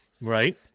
Right